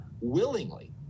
willingly